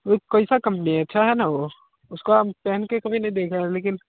तो यह कैसा कम्पनी है अच्छा है ना वह उसका हम पहनकर कभी नहीं देखा है लेकिन